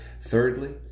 Thirdly